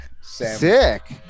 Sick